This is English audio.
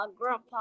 grandpa